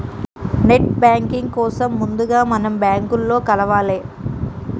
net banking కోసం ముందుగా మనం బ్యాంకులో కలవాలే